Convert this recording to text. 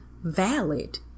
valid